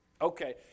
Okay